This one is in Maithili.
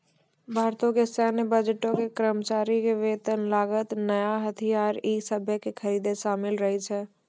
भारतो के सैन्य बजटो मे कर्मचारी के वेतन, लागत, नया हथियार इ सभे के खरीद शामिल रहै छै